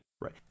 Right